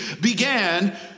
began